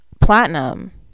platinum